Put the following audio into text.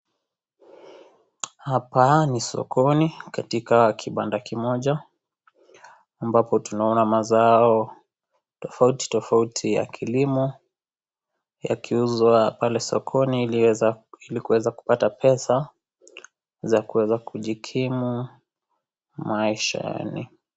Hapa ni sokoni katika kibanda kimoja ambapo tunaona mazao tofautitofauti ya kilimo yakiuzwa pale sokoni ili kuweza kupata pesa za kuweza kujikimu maishani.